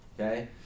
Okay